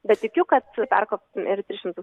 bet tikiu kad perkops ir tris šimtus